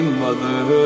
mother